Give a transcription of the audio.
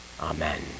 Amen